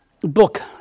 book